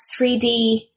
3D